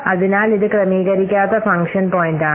അതിനാൽ ഇത് ക്രമീകരിക്കാത്ത ഫംഗ്ഷൻ പോയിന്റാണ്